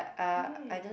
mm